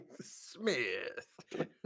Smith